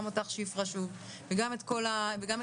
גם אותך שפרה שוב וגם את כל האחרים,